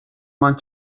მან